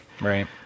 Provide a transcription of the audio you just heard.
Right